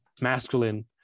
masculine